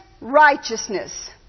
righteousness